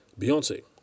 Beyonce